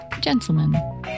Gentlemen